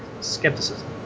skepticism